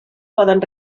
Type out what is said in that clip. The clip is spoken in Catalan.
poden